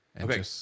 Okay